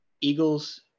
Eagles